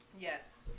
Yes